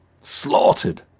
slaughtered